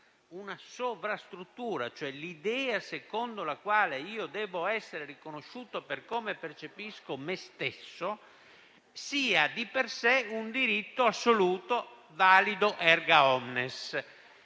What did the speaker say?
una sovrastruttura (cioè l'idea secondo la quale io devo essere riconosciuto per come percepisco me stesso), sia di per sé un diritto assoluto, valido *erga omnes*.